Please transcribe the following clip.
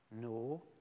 No